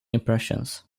impressions